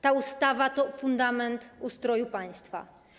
Ta ustawa to fundament ustroju państwa.